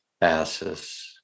passes